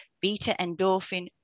beta-endorphin